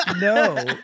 No